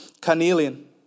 carnelian